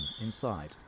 inside